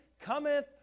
cometh